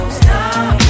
stop